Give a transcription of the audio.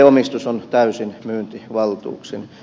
omistus on täysin myyntivaltuuksin